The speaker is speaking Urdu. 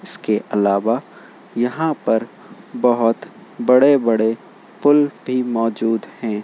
اس کے علاوہ یہاں پر بہت بڑے بڑے پل بھی موجود ہیں